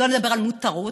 לא נדבר על מותרות,